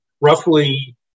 roughly